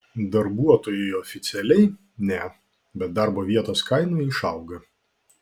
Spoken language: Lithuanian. darbuotojui oficialiai ne bet darbo vietos kaina išauga